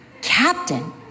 Captain